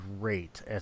great